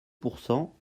pourcent